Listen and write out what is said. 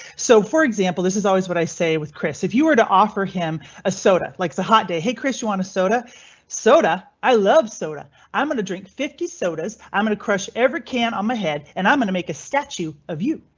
so for example, this is always what i say with chris. if you were to offer him a soda likes a hot day. hey chris, you wanna soda soda? i love soda. i'm going to drink fifty sodas. i'm going to crush every can on my head and i'm going to make a statue of you.